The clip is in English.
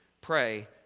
Pray